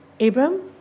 Abram